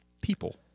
people